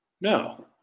No